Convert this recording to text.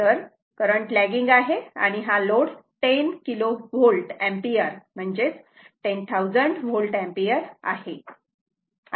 तर current lagging आहे आणि हा लोड 10 किलो व्होल्ट एंपियर म्हणजेच 10000 व्होल्ट एंपियर आहे